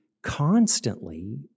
constantly